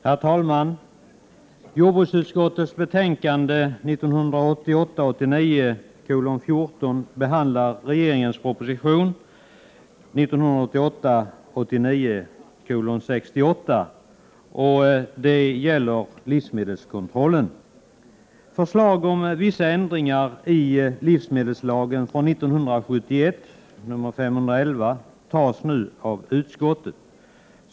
Herr talman! Jordbruksutskottets betänkande 1988 89:68 om livsmedelskontrollen. Förslag om vissa ändringar i livsmedelslagen tillstyrks nu av utskottet.